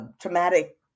traumatic